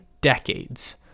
decades